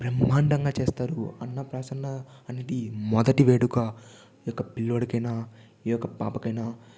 బ్రహ్మాండంగా చేస్తారు అన్నప్రాసన వంటి మొదటి వేడుక ఈ యొక్క పిల్లోడికేనా ఈ యొక్క పాపకైనా